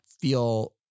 feel